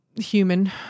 human